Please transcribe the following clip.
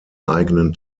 eigenen